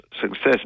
Success